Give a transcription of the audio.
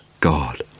God